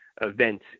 event